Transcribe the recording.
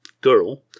girl